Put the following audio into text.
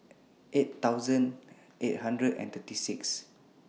eight thousand eight hundred and thirty six